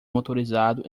motorizado